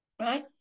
right